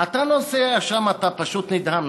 אתה נוסע שם, אתה פשוט נדהם.